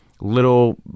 Little